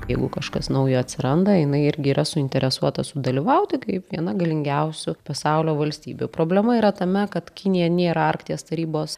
jeigu kažkas naujo atsiranda jinai irgi yra suinteresuota sudalyvauti kaip viena galingiausių pasaulio valstybių problema yra tame kad kinija nėra arkties tarybos